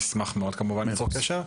נשמח מאוד כמובן ליצור קשר.